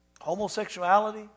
homosexuality